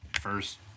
First